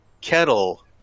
kettle